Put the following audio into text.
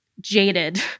jaded